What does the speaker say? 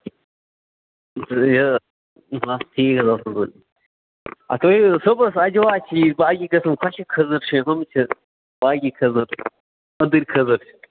یہِ اَکھ چیٖز اوسُم اَدٕ تُہۍ یِیِو صُبحَس اَجوا چھِ ٹھیٖک باقٕے قٕسم خوٚشک کھٕزر چھِ ہُم چھِ باقٕے کھٕزر أدٕرۍ کھٕزرۍ